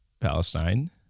Palestine